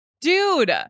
Dude